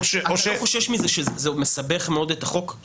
--- אתה לא חושש שזה מאוד מסבך את החוק?